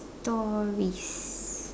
stories